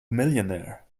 millionaire